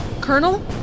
Colonel